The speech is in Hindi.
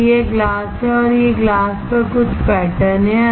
तो यह ग्लास है और ये ग्लास पर कुछ पैटर्न हैं